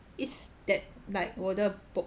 it's that like 我的 bo~